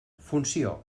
funció